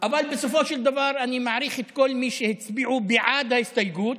אבל בסופו של דבר אני מעריך את כל מי שהצביעו בעד ההסתייגות,